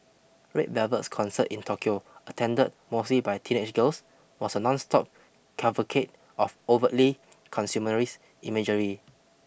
Red Velvet's concert in Tokyo attended mostly by teenage girls was a nonstop cavalcade of overtly consumerist imagery